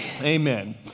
Amen